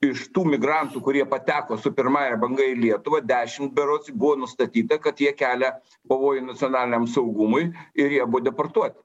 iš tų migrantų kurie pateko su pirmąja banga į lietuvą dešim berods buvo nustatyta kad jie kelia pavojų nacionaliniam saugumui ir jie buvo deportuoti